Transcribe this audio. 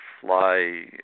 fly